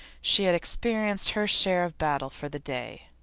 she had experienced her share of battle for the day.